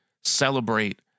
celebrate